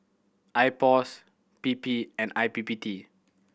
IPOS P P and I P P T